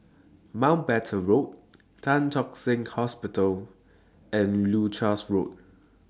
Mountbatten Road Tan Tock Seng Hospital and Leuchars Road